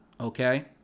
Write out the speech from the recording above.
Okay